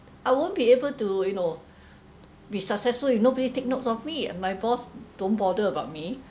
I won't be able to you know be successful you nobody take notes of me and my boss don't bother about me